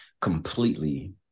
completely